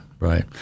Right